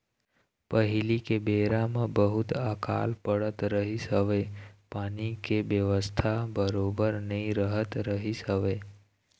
पहिली के बेरा म बहुत अकाल पड़त रहिस हवय पानी के बेवस्था बरोबर नइ रहत रहिस हवय